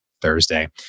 Thursday